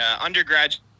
undergraduate